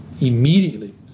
immediately